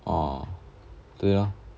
ah 对 lor